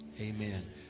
Amen